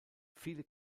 viele